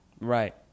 Right